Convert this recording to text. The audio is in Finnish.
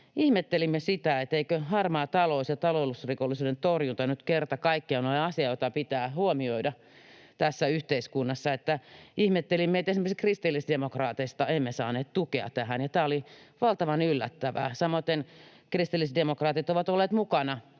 Ihmettelimme sitä, eikö harmaa talous ja talousrikollisuuden torjunta nyt kerta kaikkiaan ole asia, jota pitää huomioida tässä yhteiskunnassa. Ihmettelimme, että esimerkiksi kristillisdemokraateista emme saaneet tukea tähän, ja tämä oli valtavan yllättävää. Samaten kristillisdemokraatit ovat olleet mukana